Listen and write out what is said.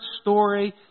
story